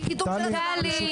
טלי,